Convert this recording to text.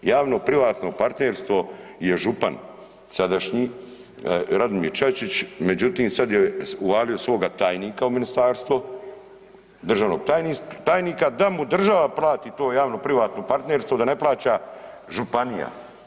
Javno-privatno partnerstvo je župan sadašnji Radimir Čačić, međutim sad je uvalio svoga tajnika u ministarstvo, državnog tajnika da mu država plati to javno-privatno partnerstvo da ne plaća županija.